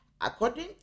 According